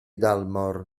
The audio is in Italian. dalmor